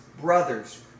brothers